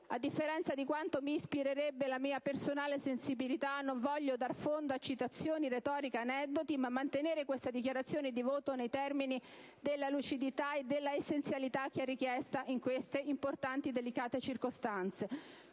a differenza di quanto mi ispirerebbe la mia personale sensibilità, non voglio dar fondo a citazioni, retorica, aneddoti ma mantenere questa dichiarazione di voto nei termini della lucidità e della essenzialità che è richiesta in queste importanti, delicate circostanze.